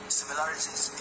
similarities